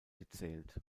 gezählt